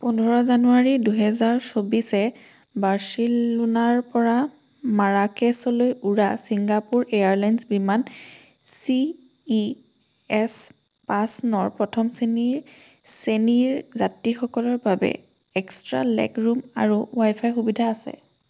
পোন্ধৰ জানুৱাৰী দুহেজাৰ চৌবিছে বাৰ্চিলোনাৰপৰা মাৰাকেচলৈ উৰা ছিংগাপুৰ এয়াৰলাইন্স বিমান চি ই এছ পাঁচ নৰ প্ৰথম শ্ৰেণী শ্ৰেণীৰ যাত্ৰীসকলৰ বাবে এক্সট্ৰা লেগ ৰূম আৰু ৱাই ফাই সুবিধা আছে